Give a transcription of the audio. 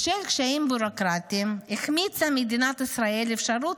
בשל קשיים ביורוקרטיים החמיצה מדינת ישראל אפשרות